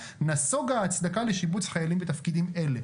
נסוגה ההצדקה לשיבוץ חיילים בתפקידים אלה.